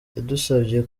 yadusabye